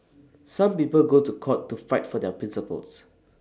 some people go to court to fight for their principles